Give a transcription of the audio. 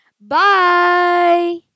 Bye